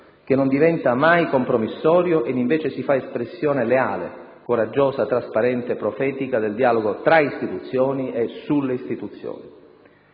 che non diventa mai compromissorio ed invece si fa espressione leale, coraggiosa, trasparente e profetica del dialogo tra Istituzioni e sulle Istituzioni.